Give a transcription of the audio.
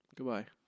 Goodbye